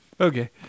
Okay